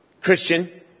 Christian